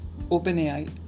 OpenAI